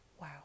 Wow